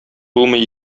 булмый